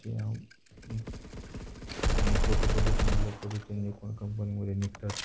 जे आणि फोटोसुद्धा चांगल्या पद्धतीने निकॉन कंपनीमध्ये निघतात